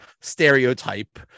stereotype